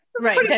right